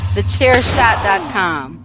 TheChairShot.com